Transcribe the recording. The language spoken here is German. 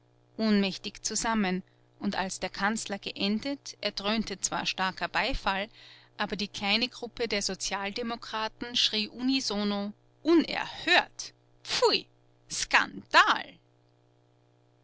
ohnmächtig zusammen und als der kanzler geendet erdröhnte zwar starker beifall aber die kleine gruppe der sozialdemokraten schrie unisono unerhört pfui